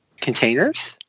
Containers